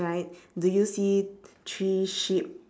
right do you see three sheep